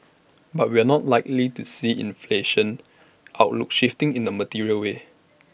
but we're not likely to see inflation outlook shifting in A material way